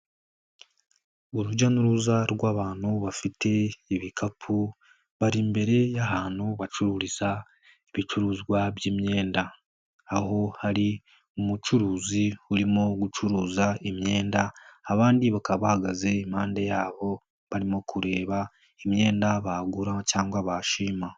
Urujya n'uruza rw'abantu bafite ibikapu, bari imbere y'ahantu bacururiza ibicuruzwa by'imyenda, aho hari umucuruzi urimo gucuruza imyenda, abandi bakaba bahagaze impande yaho, barimo kureba imyenda bagura cyangwa bashima.